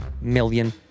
million